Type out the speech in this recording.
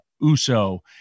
Uso